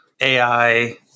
AI